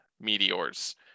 meteors